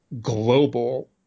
global